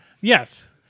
Yes